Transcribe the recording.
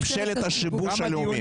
ממשלת השיבוש הלאומי.